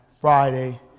Friday